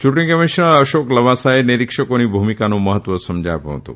ચુંટણી કમિશ્નર અશોક લવાસાએ નિરીક્ષકોની ભૂમિકાનું મહત્વ સમજાવ્યું હતું